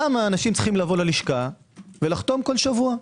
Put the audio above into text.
למה אנשים צריכים לבוא ללשכה ולחתום כל שבוע?